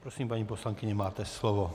Prosím, paní poslankyně, máte slovo.